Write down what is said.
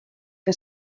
que